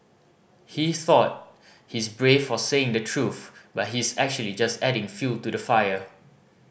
he thought he's brave for saying the truth but he's actually just adding fuel to the fire